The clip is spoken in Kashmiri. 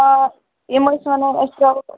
آ یِم ٲسۍ وَنان أسۍ کَرو